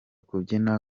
kubyina